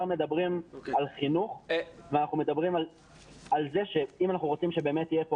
מדברים על חינוך ועל זה שאם אנחנו רוצים שבאמת יהיה פה